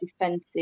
defensive